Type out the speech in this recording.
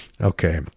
Okay